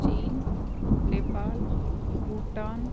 China Nepal Bhutan